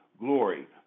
glory